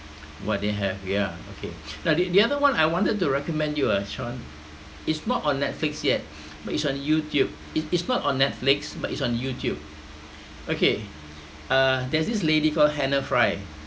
what they have yeah okay now the the other one I wanted to recommend you ah sean it's not on netflix yet but it's on youtube it's it's not on netflix but it's on youtube okay uh there is this lady called hannah fry